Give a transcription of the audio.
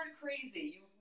crazy